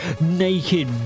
naked